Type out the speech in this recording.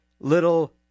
little